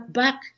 back